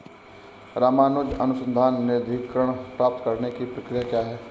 रामानुजन अनुसंधान निधीकरण प्राप्त करने की प्रक्रिया क्या है?